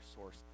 source